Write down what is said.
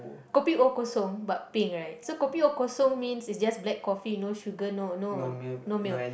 kopi O Kosong but peng right so kopi O Kosong means it just black coffee no sugar no no no milk